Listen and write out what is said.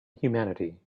humanity